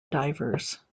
divers